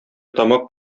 тамак